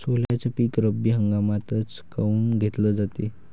सोल्याचं पीक रब्बी हंगामातच काऊन घेतलं जाते?